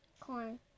Corn